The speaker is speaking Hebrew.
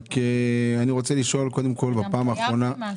אני רק רוצה לשאול קודם כל בפעם האחרונה